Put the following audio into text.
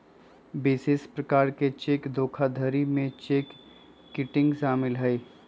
विशेष प्रकार के चेक धोखाधड़ी में चेक किटिंग शामिल हइ